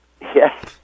Yes